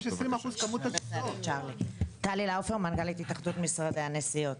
אני מנכ"לית התאחדות משרדי הנסיעות.